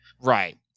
Right